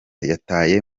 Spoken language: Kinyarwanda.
yataye